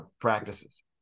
practices